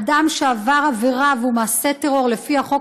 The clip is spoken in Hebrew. אדם שעבר עבירה וזה מעשה טרור לפי החוק